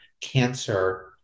cancer